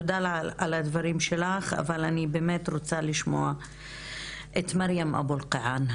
תודה לך על הדברים שלך אבל אני באמת רוצה לשמוע את מרים אבו אלקיעאן,